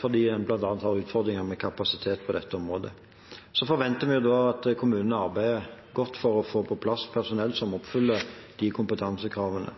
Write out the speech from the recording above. fordi en bl.a. har utfordringer med kapasiteten på dette området. Vi forventer at kommunene arbeider godt for å få på plass personell som oppfyller de kompetansekravene.